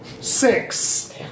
Six